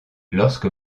lorsque